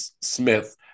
Smith